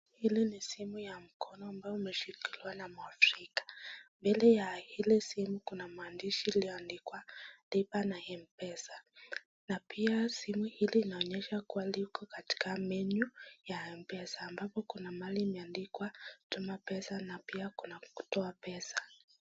Hili ni simu ya mkono ambao umeshikiliwa na mwafrika. Mbele ya simu hili kuna maandishi iliyoandikwa lipa na mpesa na pia simu hii linaonyeha kuwa liko katika menyu ya mpesa ambapo kuna mahali imeandikwa tuma pesa na pia kuna toa pesa.